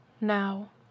Now